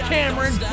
Cameron